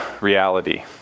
reality